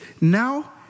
now